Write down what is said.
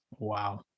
Wow